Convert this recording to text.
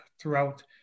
throughout